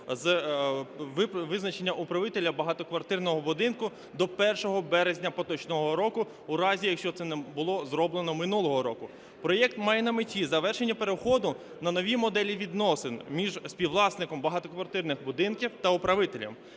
з визначення управителя багатоквартирного будинку до 1 березня поточного року у разі, якщо це не було зроблено минулого року. Проект має на меті завершення переходу на нові моделі відносин між співвласником багатоквартирних будинків та управителем.